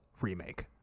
remake